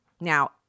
Now